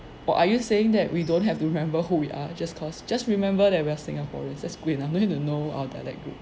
or are you saying that we don't have to remember who we are just cause just remember that we're singaporeans that's good enough no need to know our dialect group